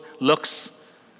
looks